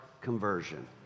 conversion